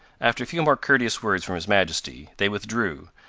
after a few more courteous words from his majesty, they withdrew,